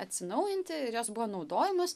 atsinaujinti ir jos buvo naudojamos